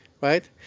right